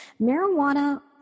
Marijuana